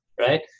right